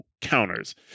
counters